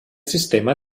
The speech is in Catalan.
sistema